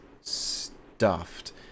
stuffed